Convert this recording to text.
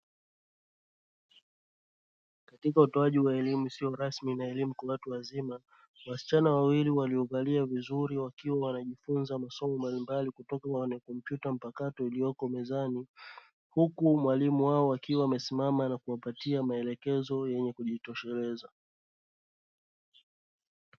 Katika utoaji wa elimu isiyo rasmi na elimu kwa watu wazima, wasichana wawili waliovalia vizuri, wakiwa wanajifunza masomo mbalimbali kutoka kwenye kompyuta mpakato, iliyoko mezani huku mwalimu wao akiwa amesimama na kuwapatia maelekezo yenye kujitosheleza.